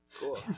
Cool